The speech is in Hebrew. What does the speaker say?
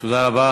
תודה רבה.